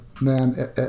Man